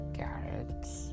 carrots